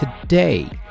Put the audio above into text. Today